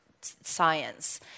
science